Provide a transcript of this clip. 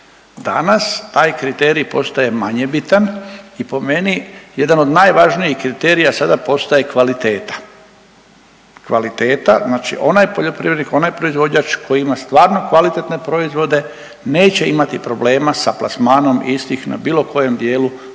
Danas taj kriterij postaje manje bitan i po meni jedan od najvažnijih kriterija sada postaje kvaliteta. Kvaliteta, znači onaj poljoprivrednik, onaj proizvođač koji ima stvarno kvalitetne proizvode neće imati problema sa plasmanom istih na bilo kojem dijelu, bilo kojem